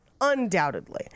undoubtedly